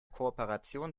kooperation